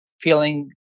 feeling